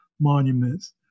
monuments